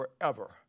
forever